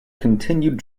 continued